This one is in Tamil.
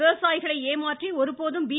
விவசாயிகளை ஏமாற்றி ஒருபோதும் பி